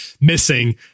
missing